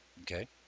okay